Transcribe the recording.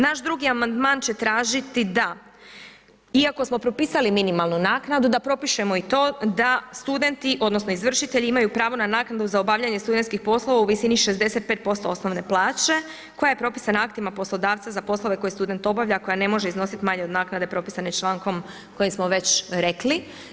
Naš drugi amandman će tražiti da iako smo propisali minimalnu naknadu da propišemo i to da studenti odnosno izvršitelji imaju pravo na naknadu za obavljanje studentskih poslova u visini 65% osnovne plaće koja je propisana aktima poslodavca za poslove koje student obavlja koja ne može iznositi manje od naknade propisane člankom koji smo već rekli.